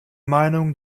meinung